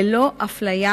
ללא אפליה